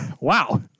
Wow